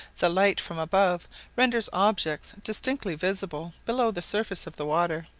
the light from above renders objects distinctly visible below the surface of the water.